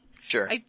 Sure